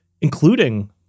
including